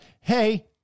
hey